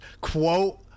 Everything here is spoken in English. Quote